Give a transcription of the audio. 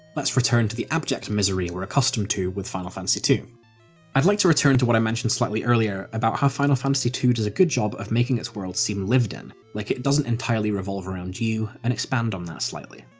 let's return to the abject misery we're accustomed to with final fantasy ii i'd like to return to what i mentioned slightly earlier about how final fantasy ii does a good job of making its world seem lived in, like it doesn't entirely revolve around you, and expand on that slightly.